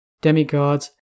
demigods